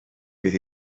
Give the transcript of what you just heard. bydd